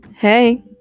Hey